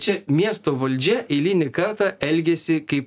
čia miesto valdžia eilinį kartą elgiasi kai